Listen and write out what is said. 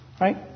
right